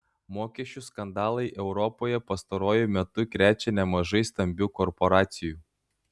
mokesčių skandalai europoje pastaruoju metu krečia nemažai stambių korporacijų